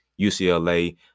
UCLA